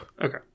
Okay